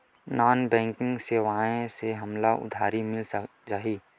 Non banking सेवाएं से हमला उधारी मिल जाहि?